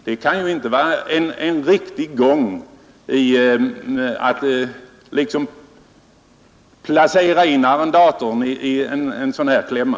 — Det kan inte vara riktigt att placera arrendatorerna i en sådan klämma.